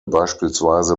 beispielsweise